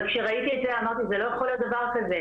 אבל כשראיתי את זה אמרתי זה לא יכול להיות דבר כזה,